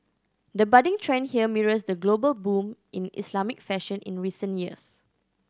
the budding trend here mirrors the global boom in Islamic fashion in recent years